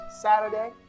Saturday